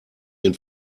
den